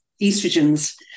estrogens